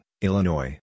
Illinois